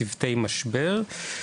צוותי משבר,